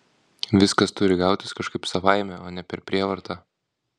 viskas turi gautis kažkaip savaime o ne per prievartą